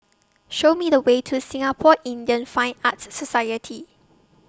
Show Me The Way to Singapore Indian Fine Arts Society